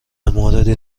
موردی